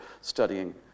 studying